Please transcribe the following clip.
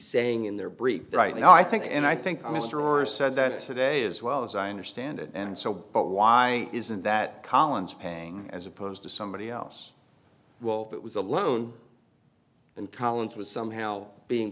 saying in their brief right now i think and i think mr moore said that today as well as i understand it and so but why isn't that collins paying as opposed to somebody else well that was a loan and collins was somehow being